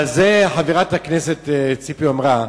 על זה חברת הכנסת ציפי אמרה,